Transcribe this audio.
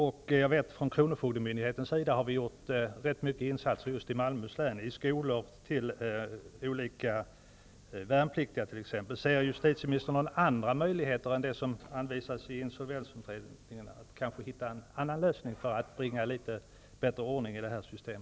I just Malmöhus län har kronofogdemyndigheten gjort en hel del insatser t.ex. i skolor och för värnpliktiga. Ser justitieministern några andra möjligheter än dem som redovisas i insolvensutredningen, för att man skall kunna hitta någon annan lösning för att bringa litet bättre ordning i detta system?